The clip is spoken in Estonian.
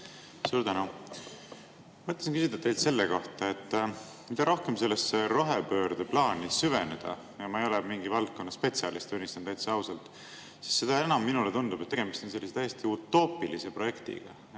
Suur tänu! Mõtlesin küsida teilt selle kohta. Mida rohkem sellesse rohepöörde plaani süveneda – ja ma ei ole valdkonna spetsialist, tunnistan täitsa ausalt –, seda enam minule tundub, et tegemist on täiesti utoopilise projektiga.